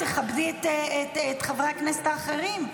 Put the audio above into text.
תכבדי את חברי הכנסת האחרים.